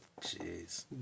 Jeez